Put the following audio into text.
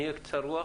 אני אהיה קצר רוח